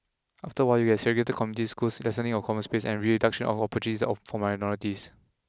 after a while you will get segregated communities schools lessening of common space and reduction of opportunities for minorities